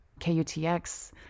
KUTX